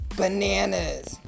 bananas